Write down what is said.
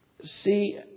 see